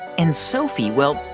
and, sophie well,